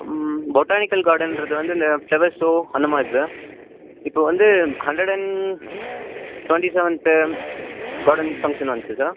botanical கார்டன்றது வந்து இந்த ஃப்ளவர் ஸோ அந்த மாதிரி சார் இப்போது வந்து hundred and twenty seventh garden function வந்துச்சு சார்